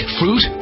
fruit